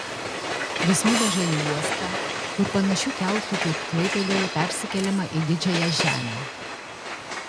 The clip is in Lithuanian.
jis nuveža į uostą kur panašiu keltu kaip klaipėdoje persikeliama į didžiąją žemę